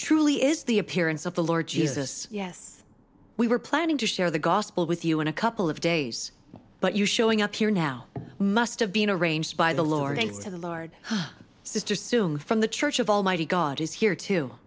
truly is the appearance of the lord jesus yes we were planning to share the gospel with you in a couple of days but you showing up here now must have been arranged by the lord thanks to the lord sister soon from the church of almighty god is here too